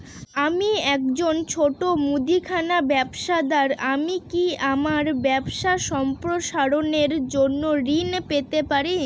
আমি একজন ছোট মুদিখানা ব্যবসাদার আমি কি আমার ব্যবসা সম্প্রসারণের জন্য ঋণ পেতে পারি?